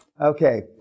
Okay